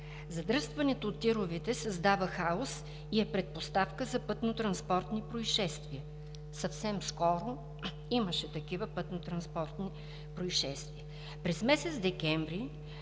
Задръстването от тировете създава хаос и е предпоставка за пътнотранспортни произшествия. Съвсем скоро имаше такива пътнотранспортни произшествия. През месец декември